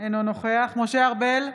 אינו נוכח משה ארבל,